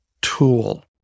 tool